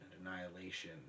annihilation